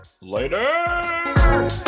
Later